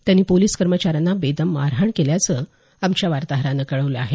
त्यांनी पोलीस कर्मचाऱ्यांना बेदम मारहाण केल्याचं आमच्या वार्ताहरानं कळवलं आहे